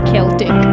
Celtic